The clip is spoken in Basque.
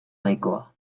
nahikoa